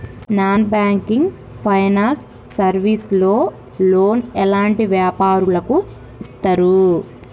Non banking finance service లో loan ఎలాంటి వ్యాపారులకు ఇస్తరు?